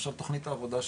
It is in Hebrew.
למשל תוכנית העבודה שלנו,